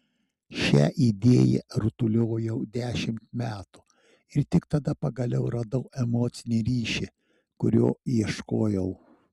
šią idėją rutuliojau dešimt metų ir tik tada pagaliau radau emocinį ryšį kurio ieškojau